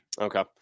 Okay